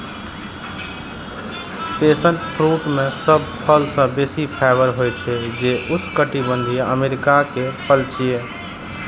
passion fruit मे सब फल सं बेसी फाइबर होइ छै, जे उष्णकटिबंधीय अमेरिका के फल छियै